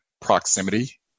proximity